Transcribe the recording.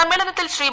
സമ്മേളനത്തിൽ ശ്രീ